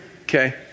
Okay